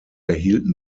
erhielten